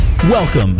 Welcome